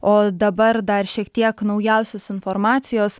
o dabar dar šiek tiek naujausios informacijos